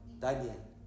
daniel